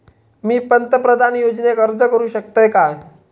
मी पंतप्रधान योजनेक अर्ज करू शकतय काय?